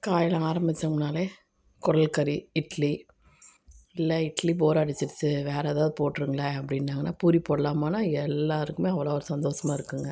காலையில் ஆரம்பித்தம்னாலே குடல் கறி இட்லி இல்லை இட்லி போர் அடிச்சிருச்சு வேறு ஏதாவது போட்டிருங்களே அப்படின்னாங்கனா பூரி போடலாமான்னால் எல்லோருக்குமே அவ்வளோ ஒரு சந்தோஷமா இருக்குங்க